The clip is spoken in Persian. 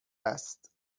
است